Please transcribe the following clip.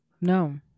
no